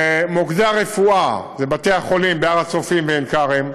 למוקדי הרפואה, לבתי-החולים בהר-הצופים ובעין-כרם,